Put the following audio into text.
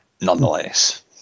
nonetheless